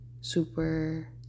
super